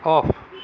off